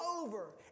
over